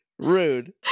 rude